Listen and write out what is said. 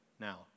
now